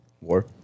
War